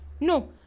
No